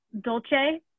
Dolce